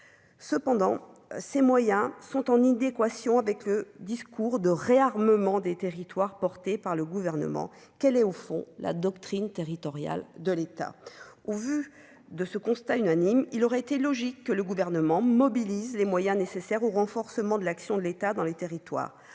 cependant, ces moyens sont en idées équation avec le discours de réarmement des territoires, porté par le gouvernement, quel est au fond la doctrine territoriale de l'État, au vu de ce constat unanime, il aurait été logique que le gouvernement mobilise les moyens nécessaires au renforcement de l'action de l'État dans les territoires,